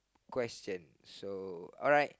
question so alright